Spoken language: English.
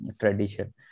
tradition